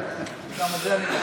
גם לזה אני מוכן.